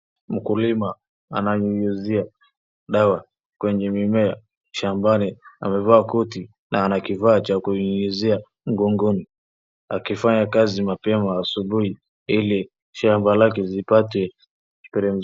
Mkulima ananyunyuzia dawa kwenye mimea shambani amevaa koti na ana kifaa cha kunyunyuzia mgongoni, akifanya kazi mapema asubuhi ili shamba lake lisipatwe.